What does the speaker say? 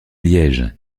liège